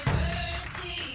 mercy